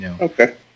Okay